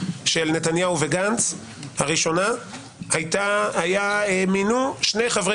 נתניהו וגנץ הראשונה מינו שני חברי